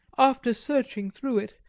after searching through it,